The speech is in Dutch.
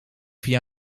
via